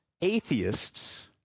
atheists